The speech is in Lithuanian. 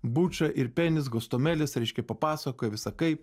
buča irpenis gostomelis reiškia papasakoja visa kaip